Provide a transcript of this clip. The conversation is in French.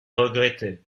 regretter